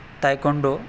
taekwondo